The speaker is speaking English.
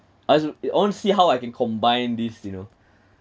as I want to see how I can combine these you know